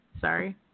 sorry